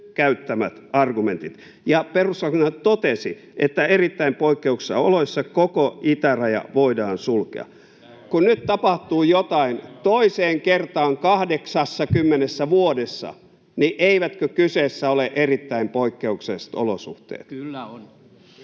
Perustuslakivaliokunta totesi, että erittäin poikkeuksellisissa oloissa koko itäraja voidaan sulkea. [Petri Honkonen: Näin on!] Kun nyt tapahtuu jotain toiseen kertaan 80 vuodessa, niin eivätkö kyseessä ole erittäin poikkeukselliset olosuhteet? [Timo